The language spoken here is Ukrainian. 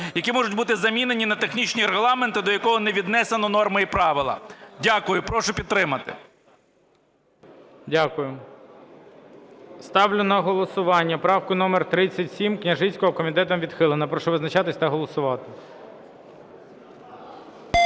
які можуть бути замінені на технічні регламенти, до якого не віднесено норми і правила. Дякую. Прошу підтримати. ГОЛОВУЮЧИЙ. Дякую. Ставлю на голосування правку номер 37 Княжицького. Комітетом відхилена. Прошу визначатися та голосувати.